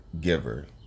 giver